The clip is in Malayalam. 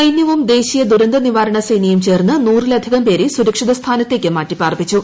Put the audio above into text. സൈന്യവും ദേശീയദുരന്ത നിവാരണ സേനയും ചേർന്ന് നൂറിലധികം പേരെ സുരക്ഷിതസ്ഥാനത്തേക്ക് മാറ്റി പാർപ്പിച്ചു